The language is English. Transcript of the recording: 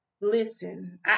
Listen